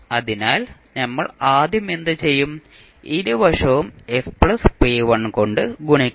അതിനാൽ നമ്മൾ ആദ്യം എന്തുചെയ്യും ഇരുവശവും s p1 കൊണ്ട് ഗുണിക്കും